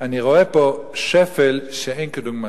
אני רואה פה שפל שאין כדוגמתו: